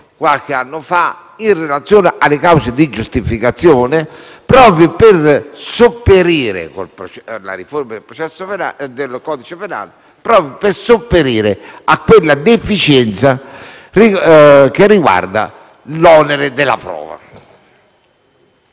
qualche anno fa, in relazione alle cause di giustificazione, proprio per sopperire, nella riforma del codice penale, a quella deficienza che riguarda l'onere della prova.